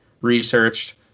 researched